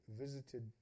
visited